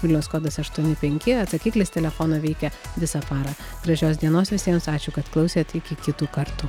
vilniaus kodas aštuoni penki atsakiklis telefono veikia visą parą gražios dienos visiems ačiū kad klausėt iki kitų kartų